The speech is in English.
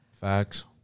Facts